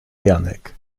janek